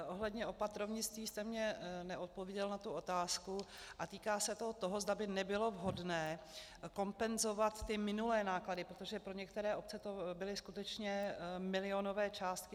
Ohledně opatrovnictví jste mně neodpověděl na tu otázku a týká se to toho, zda by nebylo vhodné kompenzovat ty minulé náklady, protože pro některé obce to byly skutečně milionové částky.